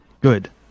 good